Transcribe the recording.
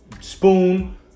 Spoon